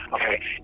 okay